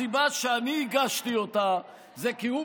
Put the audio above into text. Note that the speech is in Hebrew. הסיבה שאני הגשתי אותה זה כי הוא,